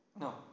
No